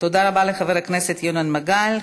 תודה רבה לחבר הכנסת ינון מגל.